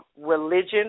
religion